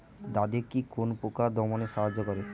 দাদেকি কোন পোকা দমনে সাহায্য করে?